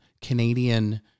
Canadian